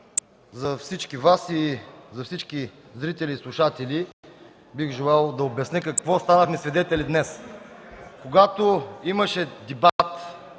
за всички Вас и за всички зрители и слушатели бих желал да обясня на какво станахме свидетели днес. Когато имаше дебат